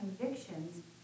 convictions